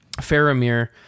Faramir